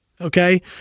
Okay